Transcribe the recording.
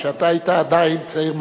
כשאתה היית עדיין צעיר מבטיח,